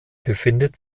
befindet